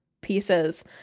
pieces